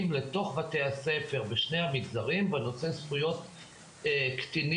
לתוך בתי הספר בשני המגזרים בנושא זכויות קטינים,